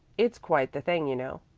it's quite the thing, you know.